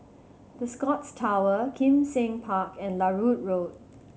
The Scotts Tower Kim Seng Park and Larut Road